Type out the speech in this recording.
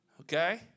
Okay